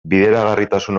bideragarritasun